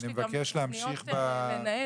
יש לי גם תכניות לנהל.